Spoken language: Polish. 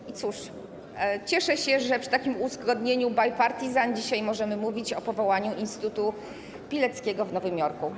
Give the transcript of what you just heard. I cóż, cieszę się, że przy takim uzgodnieniu bipartisan dzisiaj możemy mówić o powołaniu oddziału instytutu Pileckiego w Nowym Jorku.